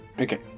Okay